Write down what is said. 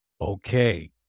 okay